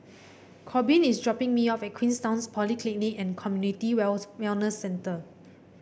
Korbin is dropping me off at Queenstown Polyclinic and Community Wells Wellness Centre